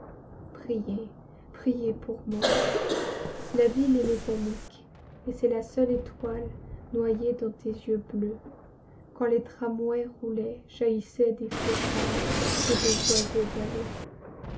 priez priez pour moi la ville est métallique et c'est la seule étoile noyée dans tes yeux bleus quand les tramways roulaient jaillissaient des feux pâles sur des oiseaux galeux